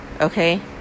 Okay